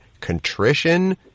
contrition